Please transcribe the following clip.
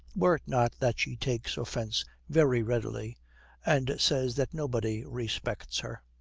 were it not that she takes offence very readily and says that nobody respects her.